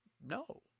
No